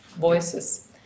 voices